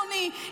אדוני,